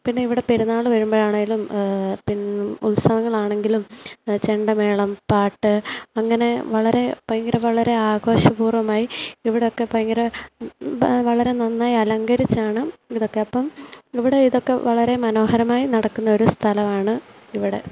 പിന്നെ ഇവിടെ പെരുന്നാൾ വരുമ്പോഴാണെങ്കിലും പിന്നെ ഉത്സവങ്ങളാണെങ്കിലും ചെണ്ടമേളം പാട്ട് അങ്ങനെ വളരെ ഭയങ്കര വളരെ ആഘോഷപൂർവ്വമായി ഇവിടെയൊക്കെ ഭയങ്കര വളരെ നന്നായി അലങ്കരിച്ചാണ് ഇതൊക്കെ അപ്പം ഇവിടെ ഇതൊക്കെ വളരെ മനോഹരമായി നടക്കുന്നൊരു സ്ഥലമാണ് ഇവിടെ